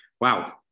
wow